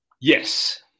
yes